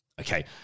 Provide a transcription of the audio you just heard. okay